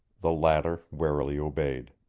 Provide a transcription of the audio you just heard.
the latter warily obeyed.